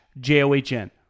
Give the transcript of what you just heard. j-o-h-n